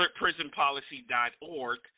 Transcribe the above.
PrisonPolicy.org